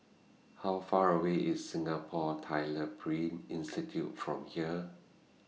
How Far away IS Singapore Tyler Print Institute from here